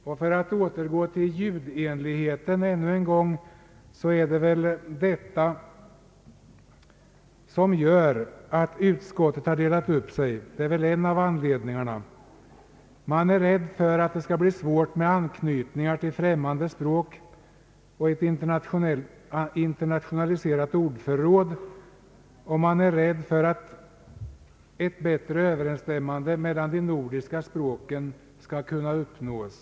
För att ännu en gång återgå till ljudenligheten förmodar jag att en av anledningarna till att utskottet varit delat är att man varit rädd för att det skulle kunna bli svårigheter vid anknytning till främmande språk och ett internationaliserat ordförråd. Man har också varit rädd för att en bättre överensstämmelse mellan de nordiska språken inte skulle kunna uppnås.